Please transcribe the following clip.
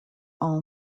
all